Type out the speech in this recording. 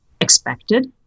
expected